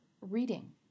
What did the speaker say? reading